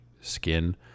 skin